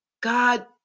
God